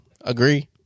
agree